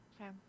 Okay